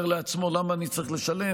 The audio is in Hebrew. אומר לעצמו: למה אני צריך לשלם?